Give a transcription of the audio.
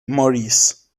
morris